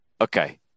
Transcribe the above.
Okay